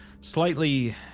slightly